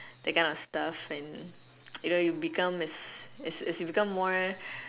that kind of stuff and you know you become is is is you become more